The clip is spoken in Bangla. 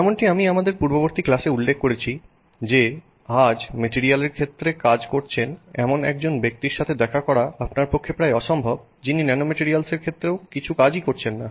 যেমনটি আমি আমাদের পূর্ববর্তী ক্লাসে উল্লেখ করেছি যে আজ ম্যাটেরিয়ালের ক্ষেত্রে কাজ করছেন এমন একজন ব্যক্তির সাথে দেখা করা আপনার পক্ষে প্রায় অসম্ভব যিনি ন্যানোম্যাটরিয়ালসের ক্ষেত্রেও কিছু কাজই করছেন না